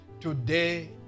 today